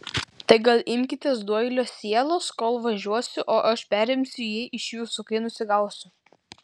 tai gal imkitės doilio sielos kol važiuosiu o aš perimsiu jį iš jūsų kai nusigausiu